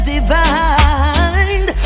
Divine